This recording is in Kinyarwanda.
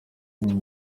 bugufi